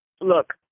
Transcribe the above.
look